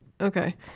Okay